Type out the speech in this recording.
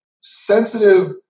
Sensitive